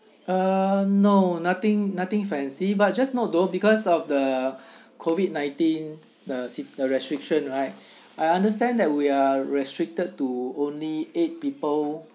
uh no nothing nothing fancy but just note though because of the COVID nineteen the seat the restriction right I understand that we are restricted to only eight people